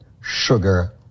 sugar